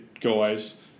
guys